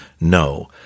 No